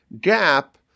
gap